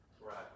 Right